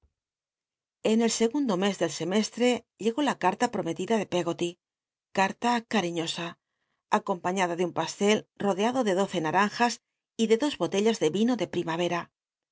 en el segundo mes del semesttc llegó la carta prometida de peggoty carta cariñosa acompañada de un pastel rodeado de doce naranjas y de dos b otcllas de yino de prim